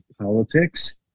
politics